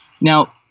Now